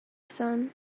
sun